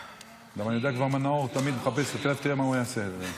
גם נאור תמיד מחפש, נראה מה יעשה עם זה.